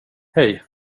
hej